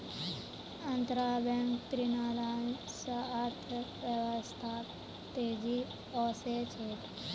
अंतरबैंक ऋणदान स अर्थव्यवस्थात तेजी ओसे छेक